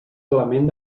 element